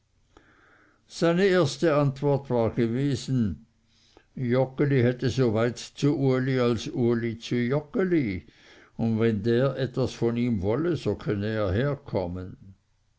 seine erste antwort war gewesen joggeli hätte so weit zu uli als uli zu joggeli und wenn der etwas von ihm wolle so könne er herkommen